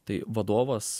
tai vadovas